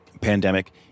pandemic